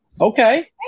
okay